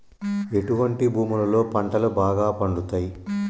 ఎటువంటి భూములలో పంటలు బాగా పండుతయ్?